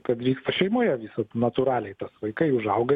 kad vyksta šeimoje visad natūraliai tas vaikai užauga